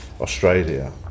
Australia